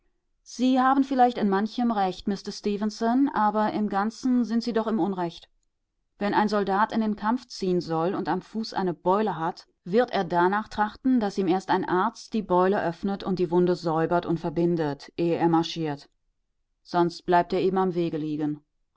sie haben vielleicht in manchem recht mister stefenson aber im ganzen sind sie doch im unrecht wenn ein soldat in den kampf ziehen soll und am fuß eine beule hat wird er danach trachten daß ihm erst ein arzt die beule öffnet und die wunde säubert und verbindet ehe er marschiert sonst bleibt er eben am wege liegen